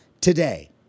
today